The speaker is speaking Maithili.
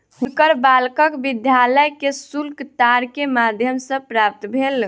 हुनकर बालकक विद्यालय के शुल्क तार के माध्यम सॅ प्राप्त भेल